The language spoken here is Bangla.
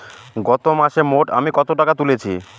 গত মাসে মোট আমি কত টাকা তুলেছি?